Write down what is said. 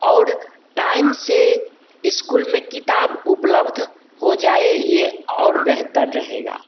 और टाइम से स्कूल में किताब उपलब्ध हो जाए ये और बेहतर रहेगा